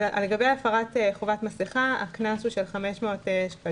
לגבי הפרת חובת עטיית מסכה, הקנס הוא 500 שקלים.